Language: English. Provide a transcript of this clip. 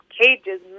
cages